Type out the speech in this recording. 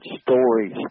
stories